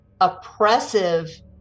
oppressive